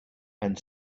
and